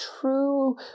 true